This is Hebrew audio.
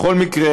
בכל מקרה,